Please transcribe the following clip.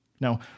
Now